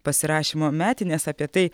pasirašymo metinės apie tai